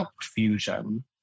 fusion